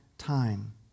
time